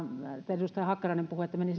edustaja hakkarainen puhui